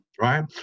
right